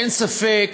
אין ספק,